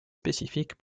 spécifiques